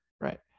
Right